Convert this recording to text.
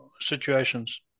situations